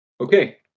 Okay